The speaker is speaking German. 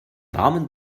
warmen